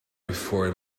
before